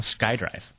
SkyDrive